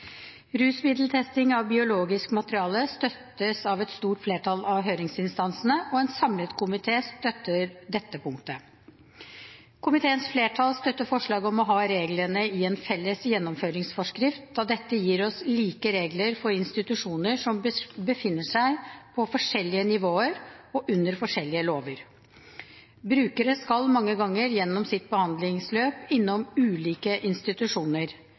Rusmiddeltesting av biologisk materiale støttes av et stort flertall av høringsinstansene, og en samlet komité støtter dette punktet. Komiteens flertall støtter forslaget om å ha reglene i en felles gjennomføringsforskrift, da dette gir oss like regler for institusjoner som befinner seg på forskjellige nivåer og under forskjellige lover. Brukere skal mange ganger gjennom sitt behandlingsløp innom ulike institusjoner.